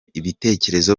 ibitekerezo